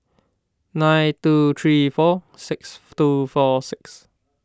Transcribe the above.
nine two three four six two four six